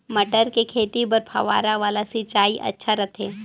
मटर के खेती बर फव्वारा वाला सिंचाई अच्छा रथे?